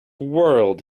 whirled